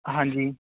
ਹਾਂਜੀ